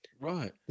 right